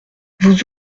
vous